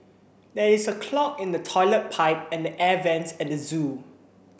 there is a clog in the toilet pipe and the air vents at the zoo